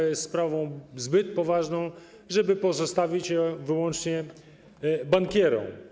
Jest to sprawa zbyt poważna, żeby pozostawić ją wyłącznie bankierom.